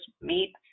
meet